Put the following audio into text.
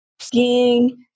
skiing